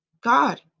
God